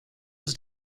was